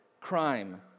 crime